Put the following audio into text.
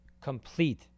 Complete